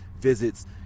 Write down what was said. visits